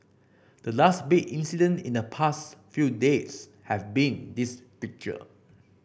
the last big incident in the past few days have been this picture